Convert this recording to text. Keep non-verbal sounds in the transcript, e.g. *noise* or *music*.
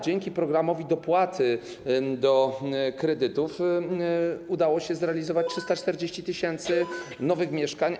Dzięki programowi dopłaty do kredytów udało się zapewnić 340 tys. *noise* nowych mieszkań.